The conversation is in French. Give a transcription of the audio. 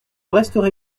resterai